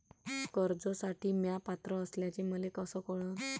कर्जसाठी म्या पात्र असल्याचे मले कस कळन?